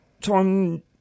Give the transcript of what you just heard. time